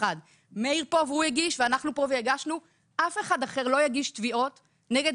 מאיר כאן והוא הגיש ואנחנו הגשנו אחר לא יגיש תביעות נגד